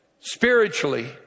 Spiritually